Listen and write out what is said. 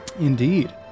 Indeed